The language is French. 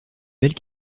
belle